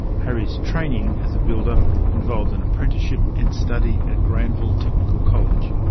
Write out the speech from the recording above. harry's training as a builder involved an apprenticeship and study at granville technical college.